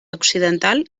occidental